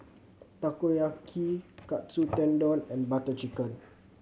Takoyaki Katsu Tendon and Butter Chicken